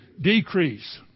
decrease